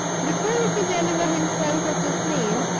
before deliver himself of his name,